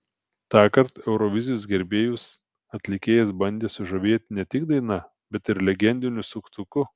tąkart eurovizijos gerbėjus atlikėjas bandė sužavėti ne tik daina bet ir legendiniu suktuku